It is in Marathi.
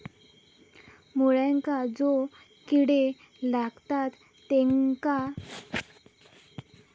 मुळ्यांका जो किडे लागतात तेनका कशे घालवचे?